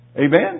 Amen